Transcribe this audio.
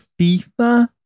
FIFA